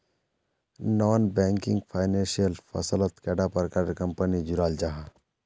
Non banking financial फसलोत कैडा प्रकारेर कंपनी जुराल जाहा?